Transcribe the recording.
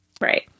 Right